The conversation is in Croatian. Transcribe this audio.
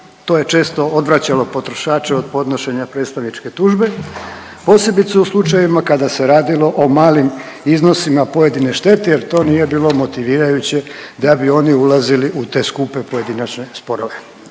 To je često odvraćalo potrošače od podnošenja predstavničke tužbe, posebice u slučajevima kada se radilo o malim iznosima pojedine štete jer to nije bilo motivirajuće da bi oni ulazili u te skupe pojedinačne sporove.